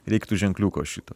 reiktų ženkliuko šito